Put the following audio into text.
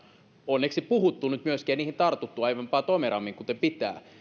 onneksi puhuttu nyt myöskin ja joihin on tartuttu aiempaa tomerammin kuten pitää